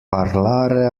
parlare